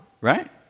right